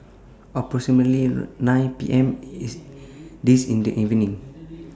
approximately nine P M This in This evening